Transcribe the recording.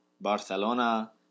Barcelona